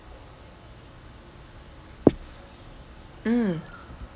mm